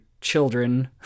children